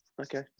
Okay